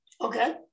Okay